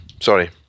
sorry